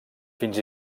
fins